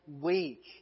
weak